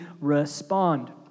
respond